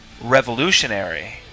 revolutionary